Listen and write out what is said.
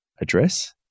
address